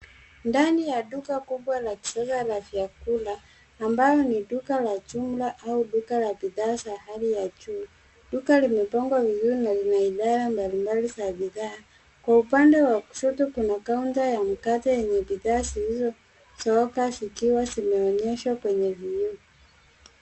Ndani ya duka kubwa la kisasa la vyakula ambalo ni duka la jumla au duka la bidhaa za hali ya juu. Duka lime pangwa vizuri na idara balimbali za bidhaa. Kwa upande wa kushoto kuna kaunta ya mkate yenye bidhaa zilizo zooka zikiwa zime onyeshwa kwenye viuno.